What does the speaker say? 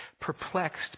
perplexed